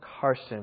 Carson